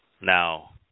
Now